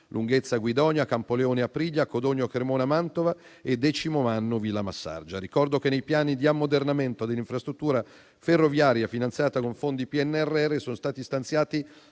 Lunghezza-Guidonia, Campoleone-Aprilia, Codogno-Cremona-Mantova e Decimomannu-Villamassargia. Ricordo che nei piani di ammodernamento dell'infrastruttura ferroviaria finanziata con fondi PNRR sono stati stanziati